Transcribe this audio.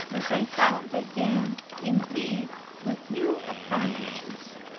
that i found again in thee with new advantages,